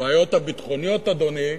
הבעיות הביטחוניות, אדוני,